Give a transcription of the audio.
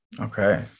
okay